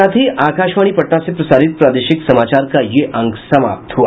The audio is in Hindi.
इसके साथ ही आकाशवाणी पटना से प्रसारित प्रादेशिक समाचार का ये अंक समाप्त हुआ